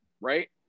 right